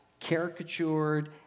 caricatured